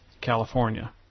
California